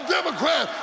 Democrat